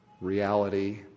reality